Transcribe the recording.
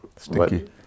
Stinky